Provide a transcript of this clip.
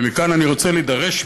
ומכאן אני רוצה להידרש,